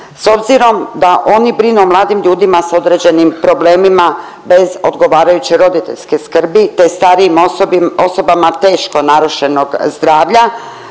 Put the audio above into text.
S obzirom da oni brinu o mladim ljudima s određenim problemima bez odgovarajuće roditeljske skrbi, te starijim osobama teško narušenog zdravlja